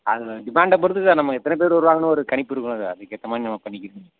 அது டிமாண்டை பொறுத்து சார் நம்ம எத்தனை பேர் வருவாங்கன்னு ஒரு கணிப்பு இருக்கும்லை அதுக்கு ஏற்ற மாதிரி நம்ம பண்ணிக்க